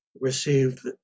received